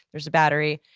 there's a battery,